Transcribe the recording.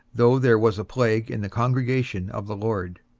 though there was a plague in the congregation of the lord.